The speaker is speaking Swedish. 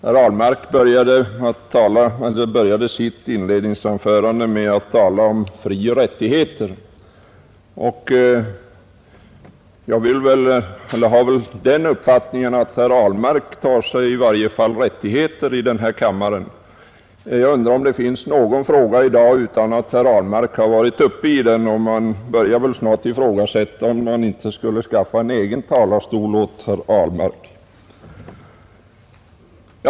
Fru talman! Herr Ahlmark började sitt anförande med att tala om frioch rättigheter, och jag tycker åtminstone att herr Ahlmark tar sig rättigheter i denna kammare. Jag undrar om det finns någon fråga i dag, som herr Ahlmark inte har varit uppe i. Man börjar väl snart ifrågasätta om vi inte skulle skaffa en egen talarstol åt herr Ahlmark.